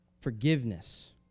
forgiveness